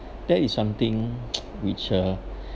that is something which uh